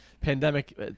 pandemic